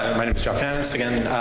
my name's sean hannis again,